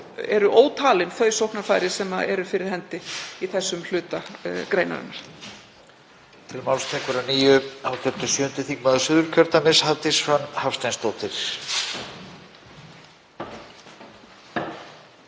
eru ótalin sóknarfærin sem eru fyrir hendi í þeim hluta greinarinnar.